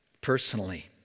personally